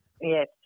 yes